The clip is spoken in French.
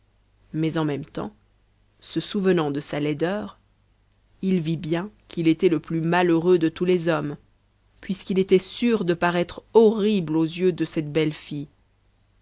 mais en même tems se souvenant de sa laideur il vit bien qu'il était le plus malheureux de tous les hommes puisqu'il était sûr de paraître horrible aux yeux de cette belle fille